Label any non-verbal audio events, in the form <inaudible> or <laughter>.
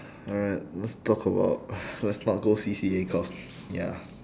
alright let's talk about <breath> let's not go C_C_A cause ya